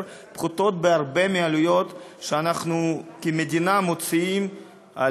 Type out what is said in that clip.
פחותות בהרבה מהעלויות שאנחנו כמדינה מוציאים,